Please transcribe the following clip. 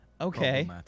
okay